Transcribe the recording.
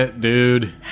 dude